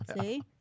see